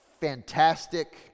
fantastic